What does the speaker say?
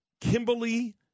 Kimberly